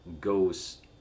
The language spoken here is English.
goes